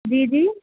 جی جی